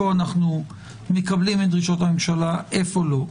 אנו מקבלים את דרישות הממשלה ואיפה לא.